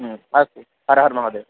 ह्म् अस्तु हर हर् महदेव्